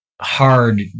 hard